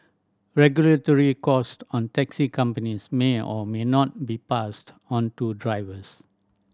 regulatory cost on taxi companies may or may not be passed onto drivers